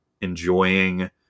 enjoying